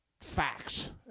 facts